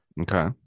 Okay